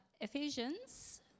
Ephesians